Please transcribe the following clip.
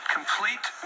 Complete